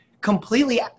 completely